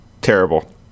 Terrible